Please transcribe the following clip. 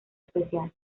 especial